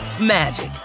magic